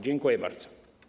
Dziękuję bardzo.